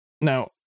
now